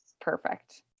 Perfect